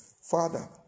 Father